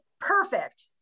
perfect